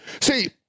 See